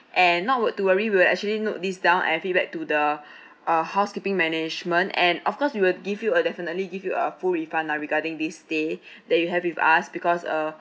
and not to worry we'll actually note this down and feedback to the uh housekeeping management and of course we will give you uh definitely give you a full refund ah regarding these day that you have with us because uh